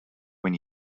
when